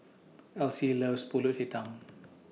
Elzie loves Pulut Hitam